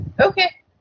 Okay